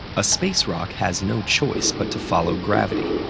a space rock has no choice but to follow gravity.